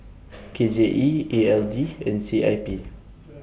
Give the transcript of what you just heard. K J E E L D and C I P